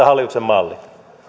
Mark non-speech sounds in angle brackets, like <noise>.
<unintelligible> hallituksen malli